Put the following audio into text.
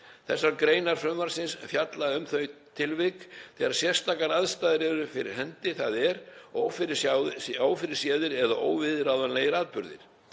Þessar greinar frumvarpsins fjalla um þau tilvik þegar sérstakar aðstæður eru fyrir hendi, þ.e. ófyrirséðir eða óviðráðanlegir atburðir.